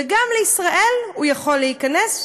וגם לישראל הוא יכול להיכנס.